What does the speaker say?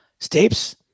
Stapes